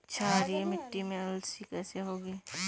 क्षारीय मिट्टी में अलसी कैसे होगी?